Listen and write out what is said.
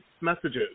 messages